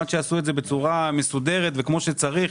עד שיעשו את זה בצורה מסודרת וכמו שצריך,